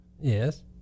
Yes